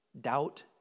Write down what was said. Doubt